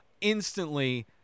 Instantly